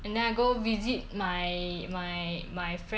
children now she 逗逗逗一逗那个孩子